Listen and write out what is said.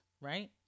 right